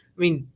i mean,